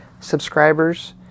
subscribers